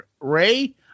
ray